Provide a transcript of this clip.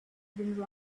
been